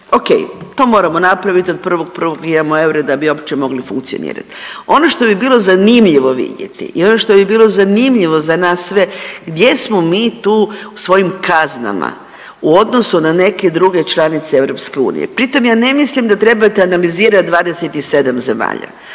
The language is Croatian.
Ok, to moramo napraviti od 1.1. mi imamo eure da bi uopće mogli funkcionirati. Ono što bi bilo zanimljivo vidjeti i ono što bi bilo zanimljivo za nas sve gdje smo mi tu u svojim kaznama u odnosu na neke druge članice EU. Pritom ja ne mislim da trebate analizirat 27 zemalja,